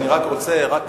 אני רוצה רק,